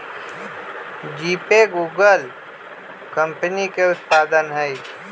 GPay Google company के उत्पाद हइ